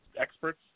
experts